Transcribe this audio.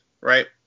right